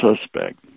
suspect